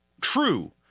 true